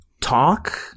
talk